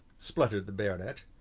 spluttered the baronet.